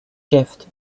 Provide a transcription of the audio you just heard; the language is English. shift